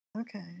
Okay